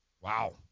Wow